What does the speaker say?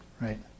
right